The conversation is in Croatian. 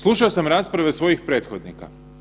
Slušao sam rasprave svojih prethodnika.